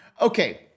Okay